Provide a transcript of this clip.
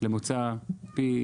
למוצא פי